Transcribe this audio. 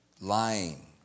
lying